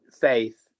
faith